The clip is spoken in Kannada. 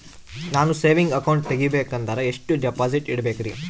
ನಾನು ಸೇವಿಂಗ್ ಅಕೌಂಟ್ ತೆಗಿಬೇಕಂದರ ಎಷ್ಟು ಡಿಪಾಸಿಟ್ ಇಡಬೇಕ್ರಿ?